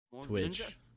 Twitch